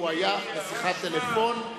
הוא היה בשיחת טלפון.